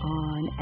on